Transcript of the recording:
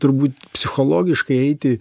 turbūt psichologiškai eiti